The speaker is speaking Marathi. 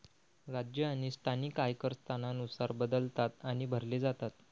राज्य आणि स्थानिक आयकर स्थानानुसार बदलतात आणि भरले जातात